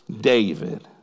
David